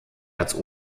als